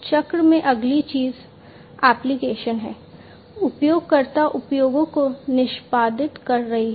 चक्र में अगली चीज एप्लिकेशन है उपयोगकर्ता अनुप्रयोगों को निष्पादित कर रही है